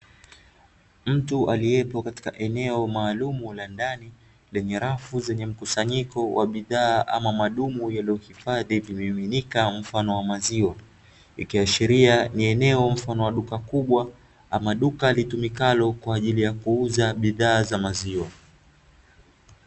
Mtu aliyepo katika eneo maalumu la ndani, lenye rafu zenye mkusanyiko wa bidhaa ama madumu yaliyohifadhi vimiminika mfano wa maziwa, ikiashiria ni eneo mfano wa duka kubwa ama duka litumikalo kwa ajili ya kuuza bidhaa za maziwa.